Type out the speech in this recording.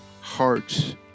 hearts